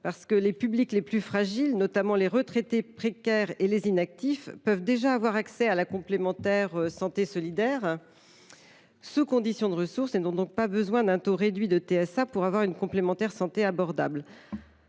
: les publics les plus fragiles, notamment les retraités précaires et les inactifs, peuvent déjà accéder à la complémentaire santé solidaire sous condition de ressource. Ils n’ont donc pas besoin d’un taux réduit de TSA pour bénéficier d’une complémentaire santé abordable.